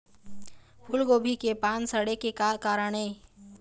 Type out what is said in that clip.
फूलगोभी के पान सड़े के का कारण ये?